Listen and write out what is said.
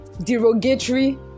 derogatory